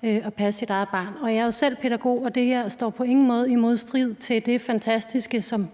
kan passe sit eget barn. Jeg er jo selv pædagog, og det her er på ingen måde i modstrid med det fantastiske, som